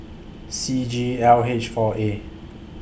C G L H four A